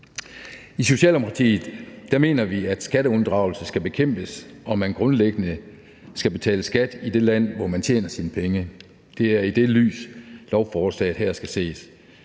I Socialdemokratiet mener vi, at skatteunddragelse skal bekæmpes, og at man grundlæggende skal betale skat i det land, hvor man tjener sine penge. Det er i det lys, lovforslaget her skal ses.